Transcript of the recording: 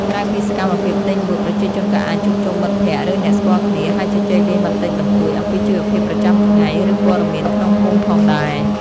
ក្រៅពីសកម្មភាពទិញលក់ ប្រជាជនក៏អាចជួបជុំមិត្តភក្តិ ឬអ្នកស្គាល់គ្នា ហើយជជែកលេងបន្តិចបន្តួចអំពីជីវភាពប្រចាំថ្ងៃ ឬព័ត៌មានក្នុងភូមិផងដែរ។